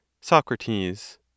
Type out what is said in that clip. Socrates